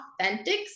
authentic